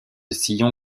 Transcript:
sillon